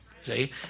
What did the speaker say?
See